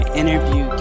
interview